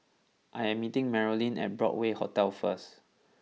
I am meeting Marolyn at Broadway Hotel first